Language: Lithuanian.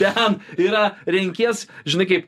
ten yra renkies žinai kaip